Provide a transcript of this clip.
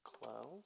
Close